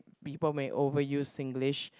people may over use Singlish